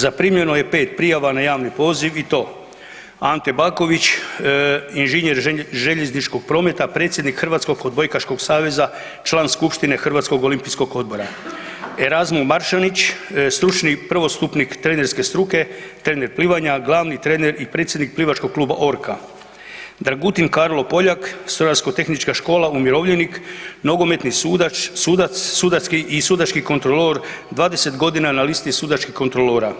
Zaprimljeno je 5 prijava na javni poziv i to Ante Baković inženjer željezničkog prometa, predsjednik Hrvatskog odbojkaškog saveza, član skupštine Hrvatskog olimpijskog odbora, Erazmo Maršan stručni prvostupnik trenerske struke, trener plivanja, glavni trener i predsjednik Plivačkog kluba Orka, Dragutin Karlo Poljak strojarsko tehnička škola, umirovljenik, nogometni sudac i sudački kontrolor 20 godina na listi sudačkih kontrolora,